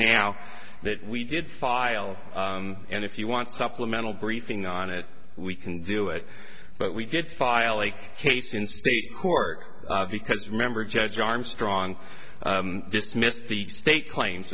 now that we did file and if you want supplemental briefing on it we can do it but we did file a case in state court because remember judge armstrong dismissed the state claims